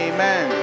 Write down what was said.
Amen